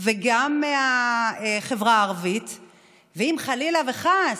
גם מהחברה הערבית ואם, חלילה וחס,